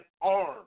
armed